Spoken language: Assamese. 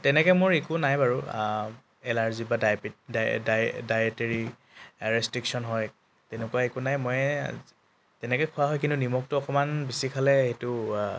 তেনেকৈ মোৰ একো নাই বাৰু এলাৰ্জি বা ডাই ডায়েটেৰী ৰেষ্ট্ৰিকশ্যন হয় তেনেকুৱা একো নাই ময়ে তেনেকৈ খোৱা হয় কিন্তু নিমখটো অকণমান বেছি খালে সেইটো